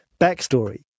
Backstory